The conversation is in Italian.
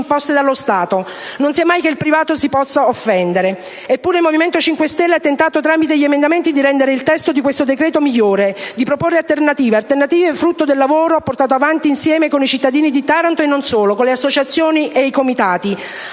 dallo Stato. Non sia mai che il privato si possa offendere? Eppure il M5S ha tentato tramite gli emendamenti di rendere il testo di questo decreto migliore, di proporre alternative: alternative frutto del lavoro portato avanti insieme con i cittadini di Taranto e non solo, con le associazioni, i comitati.